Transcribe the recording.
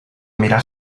mirar